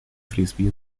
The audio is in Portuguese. frisbee